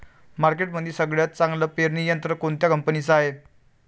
मार्केटमंदी सगळ्यात चांगलं पेरणी यंत्र कोनत्या कंपनीचं हाये?